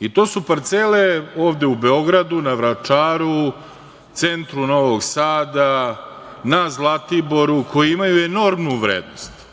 i to su parcele ovde u Beogradu, na Vračaru, centru Novog Sada, na Zlatiboru, koji imaju enormnu vrednost.